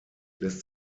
lässt